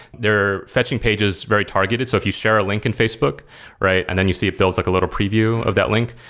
they're fetching pages very targeted. so if you share a link in facebook and then you see it builds like a little preview of that link,